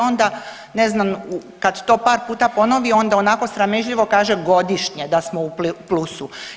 Onda, ne znam, kad to par puta ponovi, onda onako sramežljivo kaže godišnje da smo u plusu.